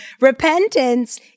Repentance